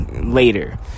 later